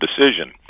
decision